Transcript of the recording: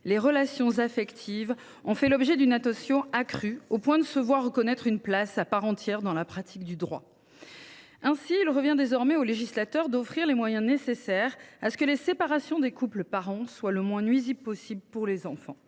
les relations affectives ont fait l’objet d’une attention accrue, au point de se voir reconnaître une place à part entière dans la pratique du droit. Ainsi, il revient désormais au législateur d’offrir les moyens nécessaires pour que les séparations des couples de parents soient le moins nuisibles possible pour les enfants.